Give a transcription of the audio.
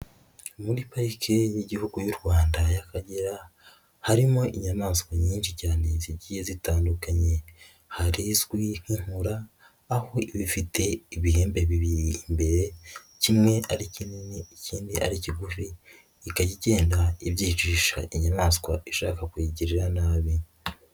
Muri parike y'igihugu y'u Rwanda y'akagera, harimo inyamaswa nyinshi cyane zigiye zitandukanye. Hari izwi nk'inkura, aho iba ifite ibihembe bibiri imbere kimwe ari kinini ikindi ari kigufi ikajya igenda ibyicisha inyamaswa ishaka kuyigirira nabi.